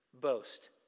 boast